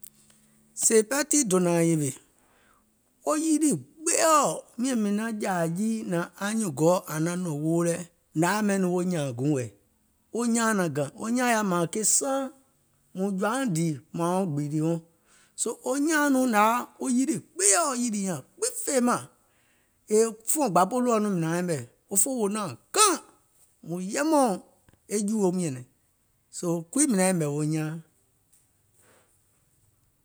Sèè pɛɛ tii dònȧȧŋ yèwè wo yilì gbeeɔ̀ mìŋ jȧȧ jiii nȧȧŋ anyuùŋ gɔu ȧŋ naŋ nɔ̀ɔ̀ŋ woo lɛ̀, nàŋ yaȧ ɓɛìŋ nɔŋ wo nyààŋ guùŋ wɛɛ̀, wo nyaaŋ naŋ gȧŋ, wo nyaaŋ yaȧ nɔŋ mȧȧŋ ke saaŋ, mùŋ jɔ̀ȧuŋ dìì mȧȧŋ wɔŋ gbììlì wɔŋ, soo wo nyaaȧŋ nɔŋ nȧŋ yaȧ wo yilì gbeeɔ̀ ȧŋ yìlì nyaŋ gbiŋ fèemȧŋ, yèè fùɔ̀ŋ gbȧpolùɔ nɔŋ mìŋ nauŋ yɛmɛ̀, òfoo wò naŋ gàŋ, mùŋ yɛmɛ̀uŋ e jùù eum nyɛ̀nɛ̀ŋ, soo kuii mìŋ naŋ yɛ̀mɛ̀ wo nyaaŋ.